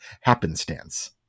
happenstance